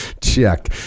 Check